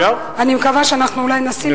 אני מקווה שאולי נשים את ירושלים במקום אחר.